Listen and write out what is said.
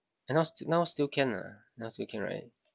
eh now still now still can ah now still can right